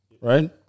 right